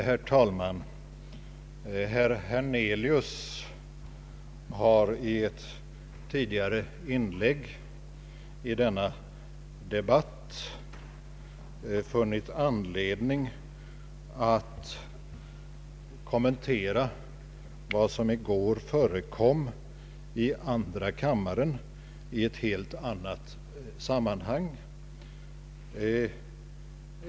Herr talman! Herr Hernelius har i ett tidigare inlägg i denna debatt funnit anledning att kommentera vad som i går förekom i andra kammaren i ett helt annat sammanhang.